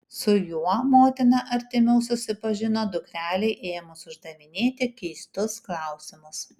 su juo motina artimiau susipažino dukrelei ėmus uždavinėti keistus klausimus